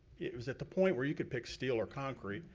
it was at the point where you could pick steel or concrete.